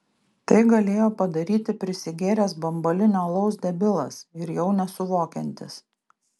tai galėjo padaryti prisigėręs bambalinio alaus debilas ir jau nesuvokiantis